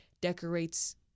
decorates